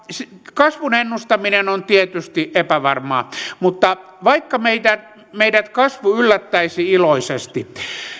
kasvun ennustaminen on tietysti epävarmaa mutta vaikka meidät kasvu yllättäisi iloisesti